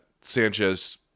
Sanchez